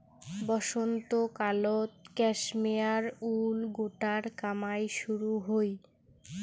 বসন্তকালত cashmere wool গোটার কামাই শুরু হই